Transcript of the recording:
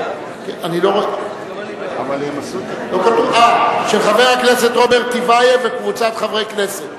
זו הצעת חוק של חבר הכנסת רוברט טיבייב וקבוצת חברי הכנסת.